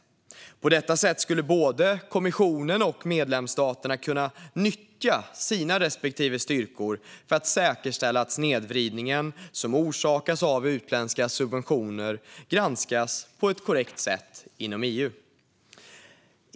På detta sätt skulle både kommissionen och medlemsstaterna kunna nyttja sina respektive styrkor för att säkerställa att den snedvridning som orsakas av utländska subventioner granskas på ett korrekt sätt inom EU.